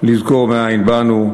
לזכור מאין באנו,